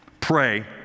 pray